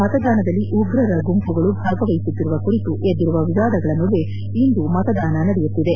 ಮತದಾನದಲ್ಲಿ ಉಗ್ರರ ಗುಂಪುಗಳು ಭಾಗವಹಿಸುತ್ತಿರುವ ಕುರಿತು ಎದ್ಗಿರುವ ವಿವಾದಗಳ ನಡುವೆ ಇಂದು ಮತದಾನ ನಡೆಯುತ್ತಿದೆ